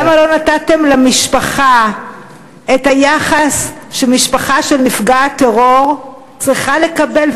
למה לא נתתם למשפחה את היחס שמשפחה של נפגע טרור צריכה לקבל,